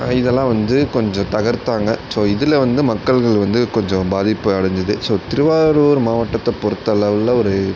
இதெல்லாம் வந்து கொஞ்சம் தகர்த்தாங்க ஸோ இதில் வந்து மக்கள்கள் வந்து கொஞ்சம் பாதிப்பு அடைஞ்சிது ஸோ திருவாரூர் மாவட்டத்தை பொறுத்தளவில் ஒரு